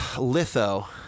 Litho